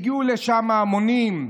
הגיעו לשם המונים.